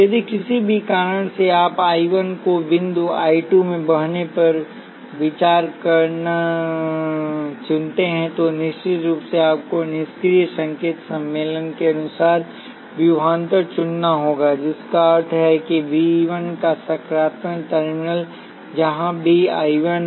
यदि किसी भी कारण से आप I 1 को बिंदु I 2 में बहने पर विचार करना चुनते हैं तो निश्चित रूप से आपको निष्क्रिय संकेत सम्मेलन के अनुरूपविभवांतरचुनना होगा जिसका अर्थ है कि V 1 का सकारात्मक टर्मिनल जहां भी I 1 है